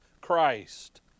Christ